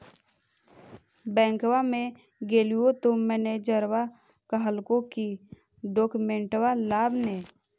बैंकवा मे गेलिओ तौ मैनेजरवा कहलको कि डोकमेनटवा लाव ने?